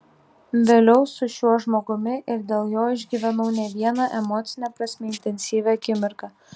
vėliau su šiuo žmogumi ir dėl jo išgyvenau ne vieną emocine prasme intensyvią akimirką